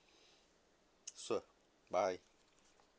sure bye